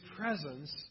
presence